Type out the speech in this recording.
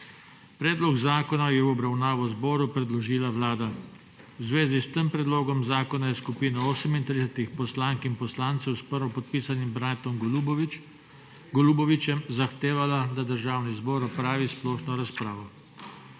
Predlog zakona je v obravnavo zboru predložila Vlada. V zvezi s tem predlogom zakona je skupina 38 poslank in poslancev s prvopodpisanim Branetom Golubovićem zahtevala, da Državni zbor opravi splošno razpravo.